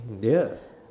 Yes